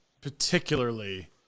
particularly